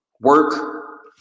work